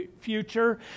future